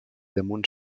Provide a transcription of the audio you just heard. damunt